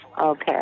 Okay